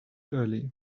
early